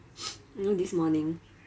you know this morning